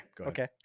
okay